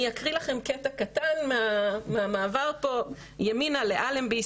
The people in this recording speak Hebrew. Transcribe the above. אני אקריא לכם קטע קטן מהמעבר פה: "ימינה לאלנבי,